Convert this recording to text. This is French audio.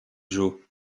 joe